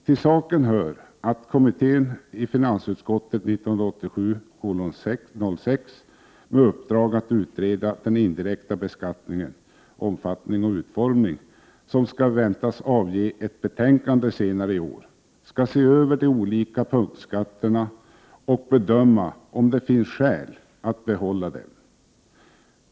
Till saken hör att kommittén med uppdrag att utreda den indirekta beskattningens omfattning och utformning, som väntas avge ett betänkande senare i år, skall se över de olika punktskatterna och bedöma om det finns skäl att behålla dem.